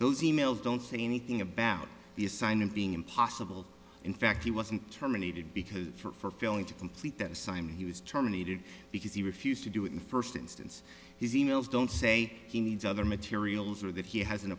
those emails don't say anything about the assignment being impossible in fact he wasn't terminated because for failing to complete that assignment he was terminated because he refused to do it in first instance his e mails don't say he needs other materials or that he has an